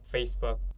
Facebook